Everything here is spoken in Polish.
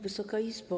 Wysoka Izbo!